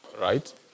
Right